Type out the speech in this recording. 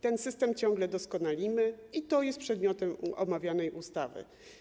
Ten system ciągle doskonalimy i to jest przedmiotem omawianej ustawy.